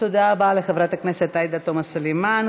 תודה רבה לחברת הכנסת עאידה תומא סלימאן.